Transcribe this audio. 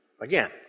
again